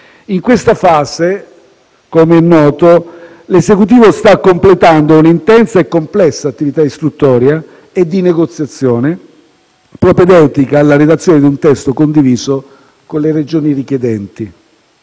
In questa fase, com'è noto, l'Esecutivo sta completando un'intensa e complessa attività istruttoria e di negoziazione, propedeutica alla redazione di un testo condiviso con le Regioni richiedenti.